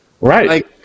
Right